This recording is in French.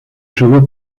chevaux